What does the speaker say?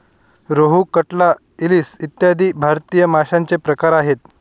रोहू, कटला, इलीस इ भारतीय माशांचे प्रकार आहेत